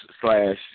slash